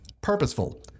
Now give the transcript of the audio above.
purposeful